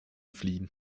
fliehen